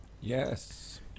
Yes